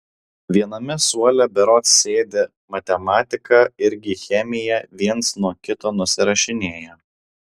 viename suole berods sėdi matematiką irgi chemiją viens nuo kito nusirašinėja